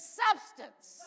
substance